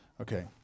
Okay